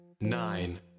nine